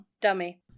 Dummy